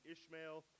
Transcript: Ishmael